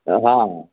हँ